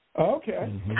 okay